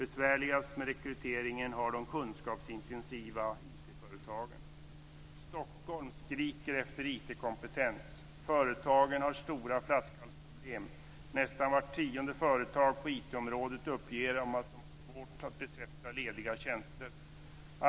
Besvärligast med rekryteringen har de kunskapsintensiva IT-företagen. Stockholm skriker efter IT-kompetens. Företagen har stora flaskhalsproblem. Nästan vart tionde företag på IT-området uppger att de har svårt att besätta lediga tjänster.